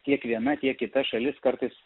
tiek viena tiek kita šalis kartais